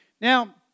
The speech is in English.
Now